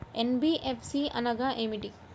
NBFC అనగా ఏమిటీ?